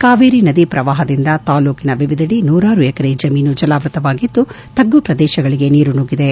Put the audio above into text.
ಕಾವೇರಿ ನದಿ ಪ್ರವಾಹದಿಂದ ತಾಲ್ಲೂಕಿನ ವಿವಿಧೆಡೆ ನೂರಾರು ಎಕರೆ ಜಮೀನು ಜಲಾವೃತವಾಗಿದ್ದು ತಗ್ಗು ಪ್ರದೇಶಗಳಿಗೆ ನೀರು ನುಗ್ಗಿದೆ